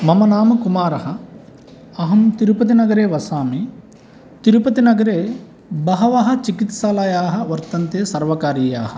मम नाम कुमारः अहं तिरुपतिनगरे वसामि तिरुपतिनगरे बहवः चिकित्सालयाः वर्तन्ते सर्वकारीयाः